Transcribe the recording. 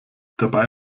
dabei